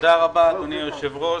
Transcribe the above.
תודה רבה, אדוני היושב-ראש.